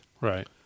Right